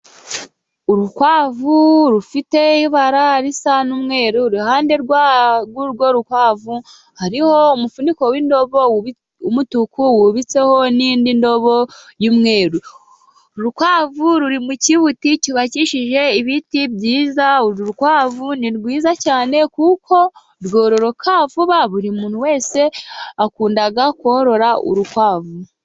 Urukwavu rufite ibara risa n'umweru, iruhande rw'urwo rukwavu hariho umufuniko w'indobo w'umutuku wubitseho n'indi ndobo y'umweru. uru rukwavu ruri mu kibuti cyubakishije ibiti byiza, urukwavu ni rwiza cyane kuko rwororoka vuba, buri muntu wese akunda korora urukwavu.